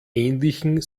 ähnlichen